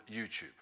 YouTube